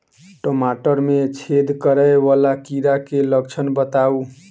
टमाटर मे छेद करै वला कीड़ा केँ लक्षण बताउ?